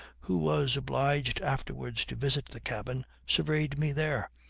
who was obliged afterwards to visit the cabin, surveyed me there.